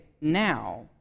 now